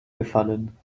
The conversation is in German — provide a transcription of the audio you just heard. gefallen